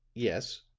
yes.